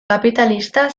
kapitalista